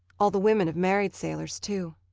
all the women have married sailors, too.